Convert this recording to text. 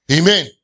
Amen